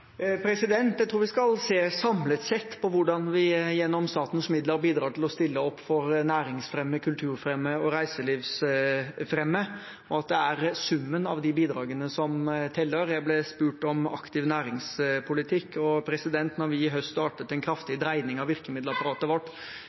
næringsfremme, kulturfremme og reiselivsfremme, og at det er summen av de bidragene som teller. Jeg ble spurt om aktiv næringspolitikk, og da vi høst startet en kraftig dreining av virkemiddelapparatet vårt